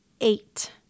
eight